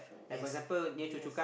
yes yes